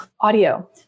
audio